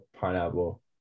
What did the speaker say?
pineapple